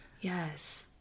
Yes